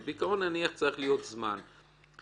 אבל בעיקרון צריך להיות זמן מוגבל.